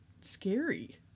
scary